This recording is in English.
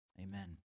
amen